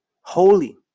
Holy